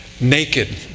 naked